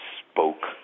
spoke